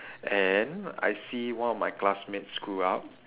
and I see one of my classmates screw up